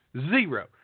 Zero